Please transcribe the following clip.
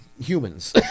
humans